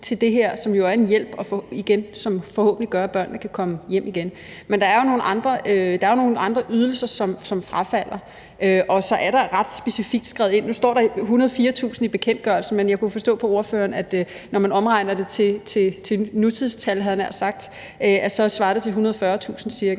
til det her, som jo er en hjælp, og som forhåbentlig gør, at børnene kan komme hjem igen. Men der er nogle andre ydelser, som bortfalder. Nu står der ret specifikt 104.000 i bekendtgørelsen, men jeg kunne forstå på ordføreren, at når man omregner det til nutidstal, havde jeg nær sagt, så svarer det til ca.